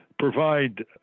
Provide